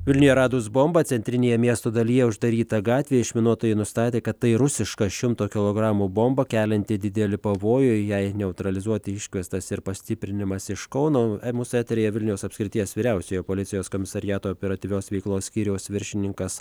vilniuje radus bombą centrinėje miesto dalyje uždaryta gatvė išminuotojai nustatė kad tai rusiška šimto kilogramų bomba kelianti didelį pavojų jai neutralizuoti iškviestas ir pastiprinimas iš kauno mūsų eteryje vilniaus apskrities vyriausiojo policijos komisariato operatyvios veiklos skyriaus viršininkas